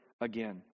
again